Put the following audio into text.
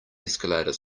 escalator